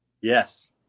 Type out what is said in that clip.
Yes